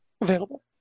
available